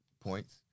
points